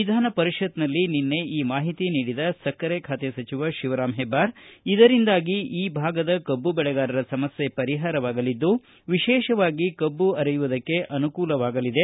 ವಿಧಾನಪರಿಷತ್ತಿನಲ್ಲಿ ನಿನ್ನೆ ಈ ಮಾಹಿತಿ ನೀಡಿದ ಸಕ್ಕರೆ ಖಾತೆ ಸಚಿವ ಶಿವರಾಂ ಹೆಬ್ಬಾರ್ ಇದರಿಂದಾಗಿ ಈ ಭಾಗದ ಕಬ್ಬು ಬೆಳೆಗಾರರ ಸಮಸ್ಯೆ ಪರಿಹಾರವಾಗಲಿದ್ದು ವಿಶೇಷವಾಗಿ ಕಬ್ಬು ಅರೆಯುವುದಕ್ಕೆ ಅನುಕೂಲವಾಗಲಿದೆ